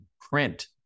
print